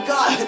God